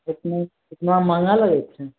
एतनो उतना महँगा लगइ छै